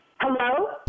Hello